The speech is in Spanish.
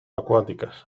acuáticas